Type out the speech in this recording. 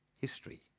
history